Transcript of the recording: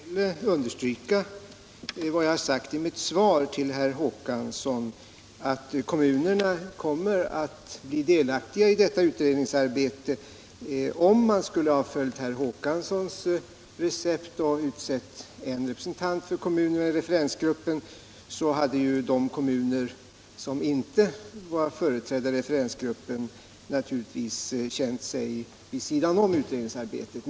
Herr talman! Jag vill understryka vad jag har sagt i mitt svar till herr Håkansson i Trelleborg, att kommunerna kommer att bli delaktiga i detta utredningsarbete. Om vi skulle ha följt herr Håkanssons recept och utsett en representant för kommunerna i referensgruppen, hade naturligtvis de kommuner som inte blivit företrädda där känt sig vid sidan om utredningsarbetet.